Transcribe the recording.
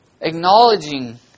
Acknowledging